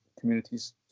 communities